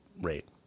rate